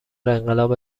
انقلاب